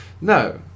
No